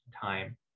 time